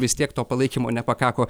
vis tiek to palaikymo nepakako